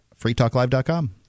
freetalklive.com